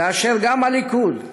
כאשר גם הליכוד,